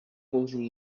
posing